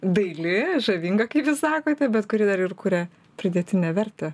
daili žavinga kaip jūs sakote bet kuri dar ir kuria pridėtinę vertę